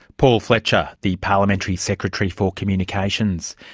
paul fletcher, the parliamentary secretary for communications.